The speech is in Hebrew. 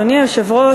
אדוני היושב-ראש,